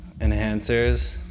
enhancers